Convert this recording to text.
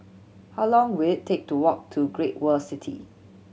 how long will it take to walk to Great World City